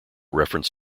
reference